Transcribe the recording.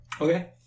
Okay